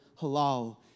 halal